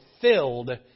filled